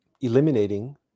eliminating